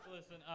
Listen